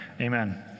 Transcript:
amen